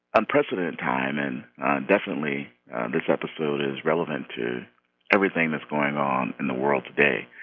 unprecedented time. and definitely this episode is relevant to everything that's going on in the world today.